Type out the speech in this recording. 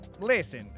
Listen